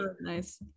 nice